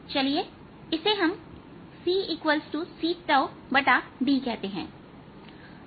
चलिए इसे हम cc𝝉d कहते हैं